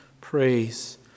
praise